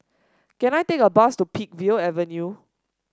can I take a bus to Peakville Avenue